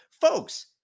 Folks